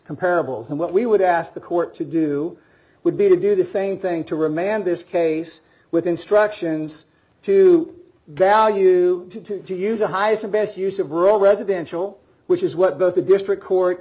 comparables and what we would ask the court to do would be to do the same thing to remand this case with instructions to value to use the highest and best use of rural residential which is what both the district court